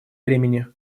времени